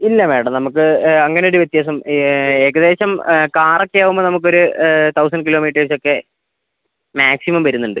ഇല്ല മാഡം നമുക്ക് അങ്ങനെ ഒരു വ്യത്യാസം ഏകദേശം കാർ ഒക്കെ ആവുമ്പോൾ നമുക്കൊരു തൗസൻഡ് കിലോമീറ്റേഴ്സ് ഒക്കെ മാക്സിമം വരുന്നുണ്ട്